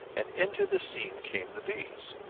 and into this scene came the bees.